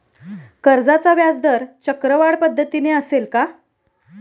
कर्जाचा व्याजदर चक्रवाढ पद्धतीने असेल का?